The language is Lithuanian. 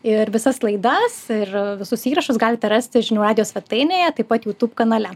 ir visas laidas ir visus įrašus galite rasti žinių radijo svetainėje taip pat youtube kanale